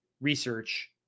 research